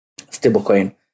stablecoin